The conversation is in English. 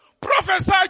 Prophesy